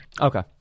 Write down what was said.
Okay